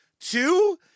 two